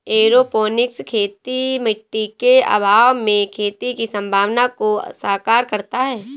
aeroponics खेती मिट्टी के अभाव में खेती की संभावना को साकार करता है